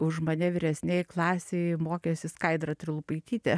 už mane vyresnėj klasėj mokėsi skaidra trilupaitytė